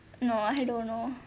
no I don't know